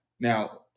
Now